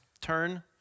Turn